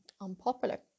unpopular